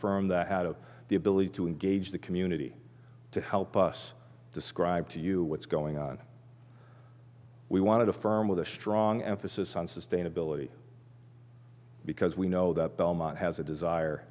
firm that had the ability to engage the community to help us describe to you what's going on we wanted a firm with a strong emphasis on sustainability because we know that belmont has a desire